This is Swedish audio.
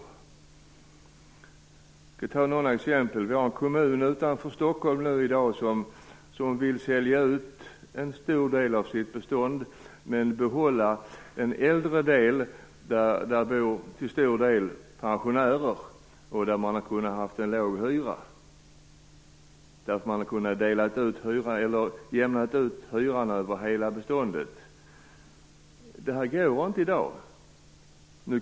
Jag skall ge några exempel. En kommun utanför Stockholm vill i dag sälja ut en stor del av sitt bestånd men behålla en äldre del, där det bor en stor andel pensionärer. Man har där kunnat hålla låga hyror, eftersom man har kunnat jämna ut hyrorna över hela beståndet. Det här går inte i dag.